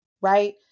Right